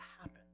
happen